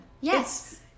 yes